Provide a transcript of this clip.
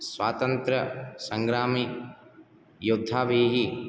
स्वातन्त्रसङ्ग्रामे योद्धाभिः